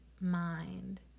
mind